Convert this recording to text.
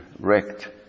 wrecked